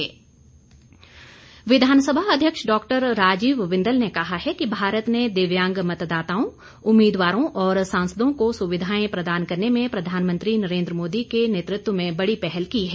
बिंदल विधानसभा अध्यक्ष डॉ राजीव बिंदल ने कहा है कि भारत ने दिव्यांग मतदाताओं उम्मीदवारों और सांसदों को सुविधाएं प्रदान करने में प्रधानमंत्री नरेंद्र मोदी के नेतृत्व में बड़ी पहल की है